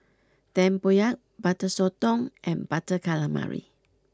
Tempoyak Butter Sotong and Butter Calamari